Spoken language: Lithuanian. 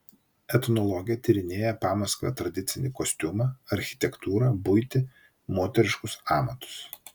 etnologė tyrinėja pamaskvio tradicinį kostiumą architektūrą buitį moteriškus amatus